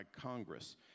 Congress